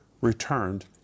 returned